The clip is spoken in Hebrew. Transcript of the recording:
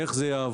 איך זה יעבור.